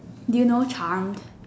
do you know charmed